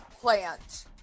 plant